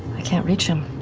i can't reach him.